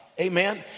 amen